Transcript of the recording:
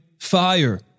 Fire